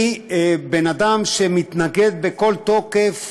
אני בן אדם שמתנגד בכל תוקף